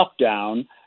lockdown